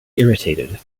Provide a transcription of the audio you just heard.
irritated